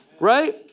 right